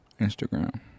Instagram